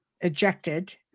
ejected